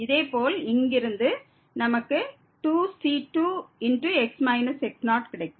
இதேபோல் இங்கிருந்து நமக்கு 2c2x x0 கிடைக்கும்